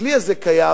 הכלי הזה קיים,